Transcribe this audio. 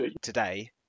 Today